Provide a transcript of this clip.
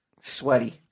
sweaty